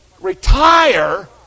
Retire